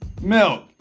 milk